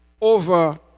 over